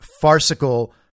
farcical